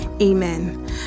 amen